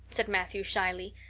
said matthew shyly.